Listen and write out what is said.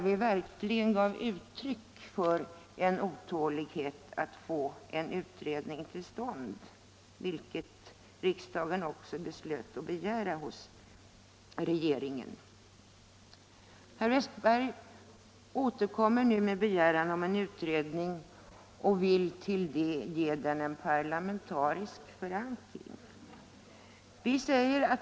Vi gav då uttryck för en otålighet 19 att få en utredning till stånd, och riksdagen beslöt också att begära en sådan hos regeringen. Herr Westberg i Ljusdal återkommer nu med en begäran om en utredning och vill ge den en parlamentarisk förankring.